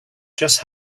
just